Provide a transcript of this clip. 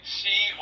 see